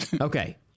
Okay